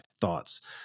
thoughts